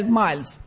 miles